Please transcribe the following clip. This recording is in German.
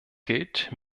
gilt